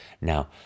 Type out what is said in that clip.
Now